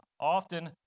often